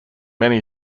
many